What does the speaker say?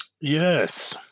Yes